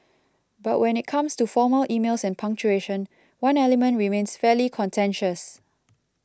but when it comes to formal emails and punctuation one element remains fairly contentious